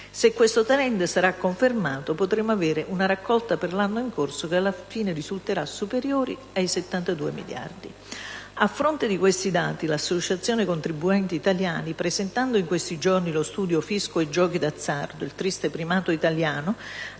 Se questo *trend* sarà confermato, potremmo avere una raccolta per l'anno in corso che alla fine risulterà superiore ai 72 miliardi. A fronte di questi dati, l'Associazione contribuenti italiani, presentando in questi giorni lo studio «Fisco e Giochi d'azzardo: il triste primato italiano»,